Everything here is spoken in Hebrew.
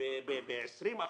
ב-20 אחוזים,